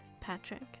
Patrick